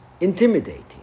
intimidating